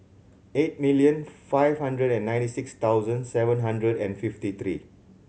eight million five hundred and ninety six thousand seven hundred and fifty three